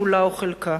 כולה או חלקה.